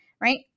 Right